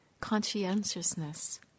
conscientiousness